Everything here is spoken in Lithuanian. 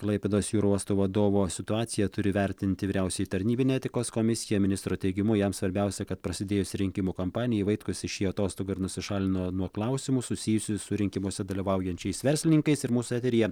klaipėdos jūrų uosto vadovo situaciją turi vertinti vyriausioji tarnybinė etikos komisija ministro teigimu jam svarbiausia kad prasidėjus rinkimų kampanijai vaitkus išėjo atostogų ir nusišalino nuo klausimų susijusių su rinkimuose dalyvaujančiais verslininkais ir mūsų eteryje